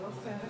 הבקשה שלנו,